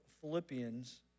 Philippians